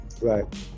Right